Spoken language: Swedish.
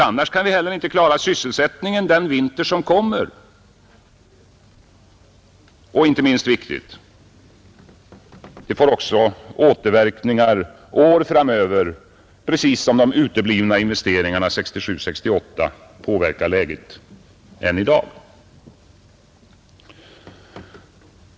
Annars kan vi inte heller klara sysselsättningen under den vinter som kommer, vilket — det är inte minst viktigt — får återverkningar år framöver precis som de uteblivna investeringarna 1967/68 påverkar läget än i dag.